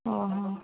ଅ ହ